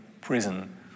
prison